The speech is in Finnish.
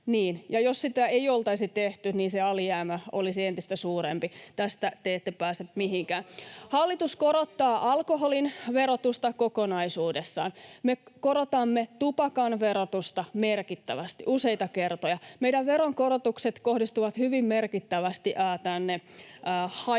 jos sitä ei oltaisi tehty, se alijäämä olisi entistä suurempi. Tästä te ette pääse mihinkään. Hallitus korottaa alkoholin verotusta kokonaisuudessaan. Me korotamme tupakan verotusta merkittävästi, useita kertoja. Meidän veronkorotukset kohdistuvat hyvin merkittävästi tänne